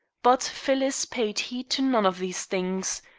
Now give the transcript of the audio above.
but phyllis paid heed to none of these things.